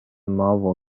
marvel